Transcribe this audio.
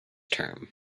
term